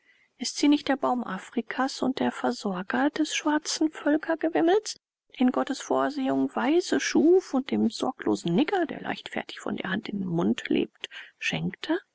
ist sie nicht der baum afrikas und der versorger des schwarzen völkergewimmels den gottes vorsehung weise schuf und dem sorglosen nigger der leichtfertig von der hand in den mund lebt schenkte